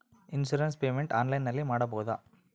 Insurance payment ಆನ್ಲೈನಿನಲ್ಲಿ ಮಾಡಬಹುದಾ?